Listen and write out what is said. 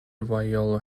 viola